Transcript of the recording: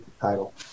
title